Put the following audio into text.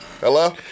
Hello